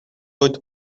oito